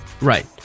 Right